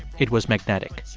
it was magnetic.